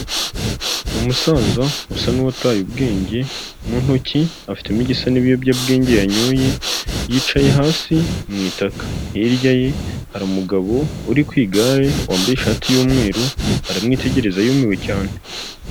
Umusaza usa n'uwataye ubwenge, mu ntoki afitemo igisa n'ibiyobyabwenge yanyoye, yicaye hasi mu itaka, hirya ye hari umugabo uri ku igare wambaye ishati y'umweru, aramwitegereza yumiwe cyane.